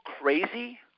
crazy